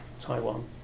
Taiwan